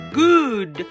good